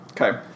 okay